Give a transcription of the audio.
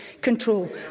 control